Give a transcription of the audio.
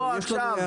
לא, לא עכשיו.